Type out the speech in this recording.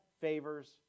favors